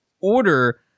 Order